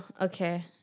Okay